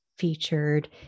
featured